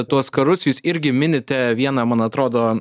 tuos karus jūs irgi minite vieną man atrodo